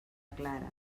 clara